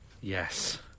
yes